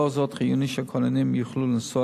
ולאור זאת חיוני שהכוננים יוכלו לנסוע